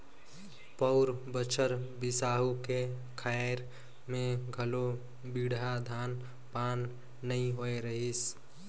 पउर बछर बिसाहू के खायर में घलो बड़िहा धान पान नइ होए रहीस